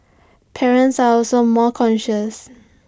parents are also more cautious